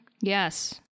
Yes